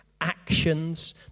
actions